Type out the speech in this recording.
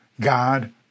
God